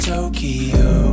Tokyo